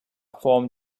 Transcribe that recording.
formed